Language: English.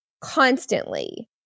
constantly